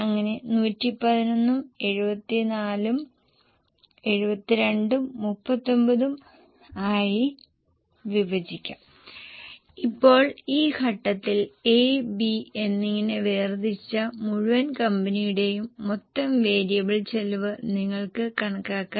അതിനാൽ മൂല്യത്തകർച്ച 550 ആണെന്ന് നിങ്ങൾക്ക് ഇവിടെ കാണാൻ കഴിയും ഇപ്പോൾ എല്ലാ ഡാറ്റയും നിങ്ങളുടെ പക്കൽ ലഭ്യമാണ് വിൽപ്പനയുടെ ശരിയായ ചെലവ് നിങ്ങൾക്ക് കണക്കാക്കാം